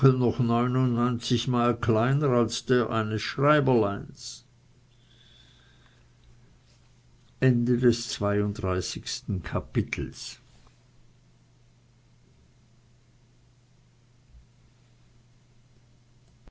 noch neunundneunzigmal kleiner als der seines schreiberleins